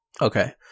Okay